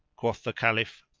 quoth the caliph,